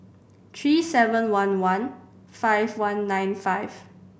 three seven one one five one nine five